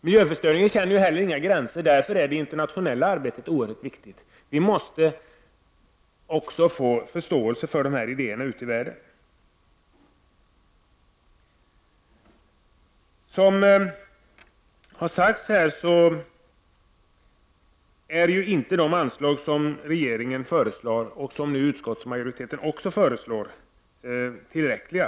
Miljöförstöringen känner ju inte heller några gränser. Därför är det internationella arbetet oerhört viktigt. Vi måste också vinna förståelse för våra idéer ute i världen. Som framhållits här är ju inte regeringens och utskottsmajoritetens förslag tillräckliga.